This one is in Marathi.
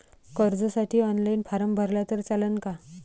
कर्जसाठी ऑनलाईन फारम भरला तर चालन का?